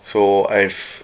so I've